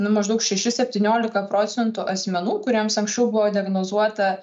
nu maždaug šeši septyniolika procentų asmenų kuriems anksčiau buvo diagnozuota